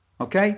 Okay